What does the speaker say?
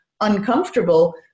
uncomfortable